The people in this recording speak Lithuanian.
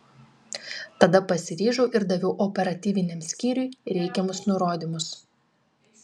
tada pasiryžau ir daviau operatyviniam skyriui reikiamus nurodymus